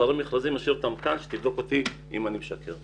אני משאיר כאן ליושבת-ראש מספרי מכרזים שתבדוק אותי אם אני משקר.